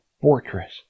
fortress